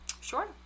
Sure